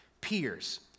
Peers